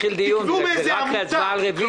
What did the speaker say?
את הכסף במקצועות האלה עליכם לקנות מאיזו עמותה.